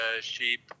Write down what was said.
sheep